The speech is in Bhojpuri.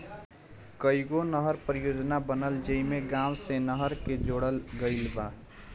कईगो नहर परियोजना बनल जेइमे गाँव से नहर के जोड़ल गईल बा